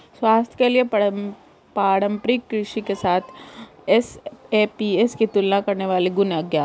स्वास्थ्य के लिए पारंपरिक कृषि के साथ एसएपीएस की तुलना करने वाले गुण अज्ञात है